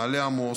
מעלה עמוס,